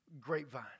grapevine